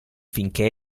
finché